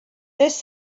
this